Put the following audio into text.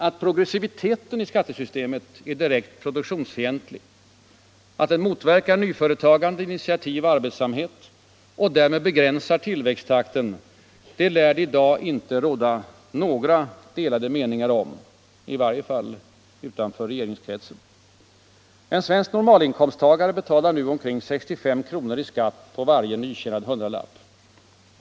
Att progressiviteten i skattesystemet är direkt produktionsfientlig, att den motverkar nyföretagande, initiativ och arbetsamhet samt därmed begränsar tillväxttakten lär det i dag icke råda några delade meningar om -— i varje fall utanför regeringskretsen. En svensk normalinkomsttagare betalar nu omkring 65 kr. i skatt på varje nytjänad hundralapp.